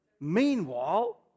Meanwhile